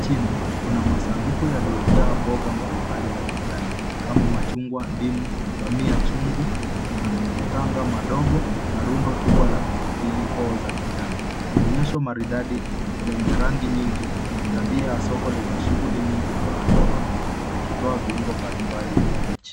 Chini kuna masanduku yaliyojaa mboga mbalimbali za kijani kama machungwa, ndimu, mbamia chungu, matanga madogo na rundo kubwa la pilipili hoho za kijani. Ni onyesho maridadi lenye rangi nyingi, tabia ya soko lenye shughuli nyingi hapa Nairobi ikitoa viungo mbalimbali mbichi.